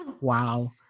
wow